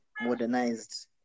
modernized